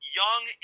young